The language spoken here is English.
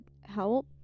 help